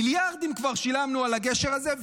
מיליארדים כבר שילמנו על הגשר הזה,